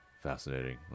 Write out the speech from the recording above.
fascinating